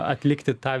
atlikti tą